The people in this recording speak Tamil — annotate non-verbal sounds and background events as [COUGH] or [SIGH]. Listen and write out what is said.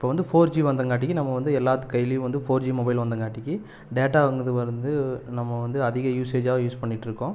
இப்போ வந்து ஃபோர் ஜி வந்தங்காட்டிக்கு நம்ம வந்து எல்லாத்து கைலையும் வந்து ஃபோர் ஜி மொபைல் வந்தங்காட்டிக்கு டேட்டா [UNINTELLIGIBLE] வந்து நம்ம வந்து அதிக யூஸேஜாக யூஸ் பண்ணிட்டுருக்கோம்